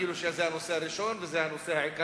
כאילו זה הנושא הראשון והעיקרי,